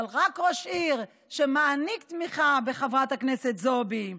אבל רק ראש עיר שמעניק תמיכה לחברת הכנסת זועבי.